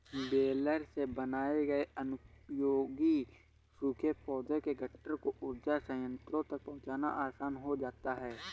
baler से बनाए गए अनुपयोगी सूखे पौधों के गट्ठर को ऊर्जा संयन्त्रों तक पहुँचाना आसान हो जाता है